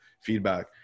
feedback